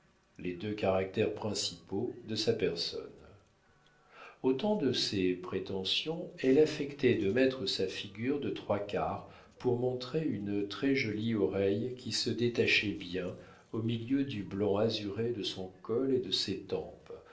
les deux caractères principaux de sa personne au temps de ses prétentions elle affectait de mettre sa figure de trois quarts pour montrer une très-jolie oreille qui se détachait bien au milieu du blanc azuré de son col et de ses tempes